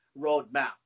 roadmap